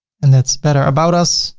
and that's better about us.